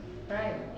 right